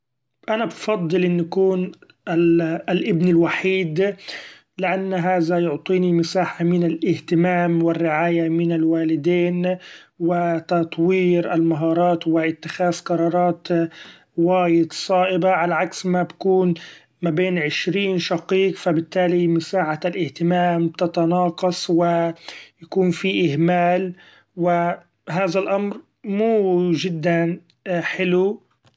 أنا بفضل إني كون الابن الوحيد لأن هذا يعطيني مساحة من الإهتمام و الرعاية من الوالدين ، و تطوير المهارات و اتخاذ قرارت وايد صائبة علي عكس ما بكون ما بين عشرين شقيق ف بالتالي مساحة الإهتمام تتناقص و يكون في اهمال و هذا الأمر مو جدا حلو.